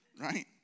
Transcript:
right